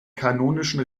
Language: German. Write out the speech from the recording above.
kanonischen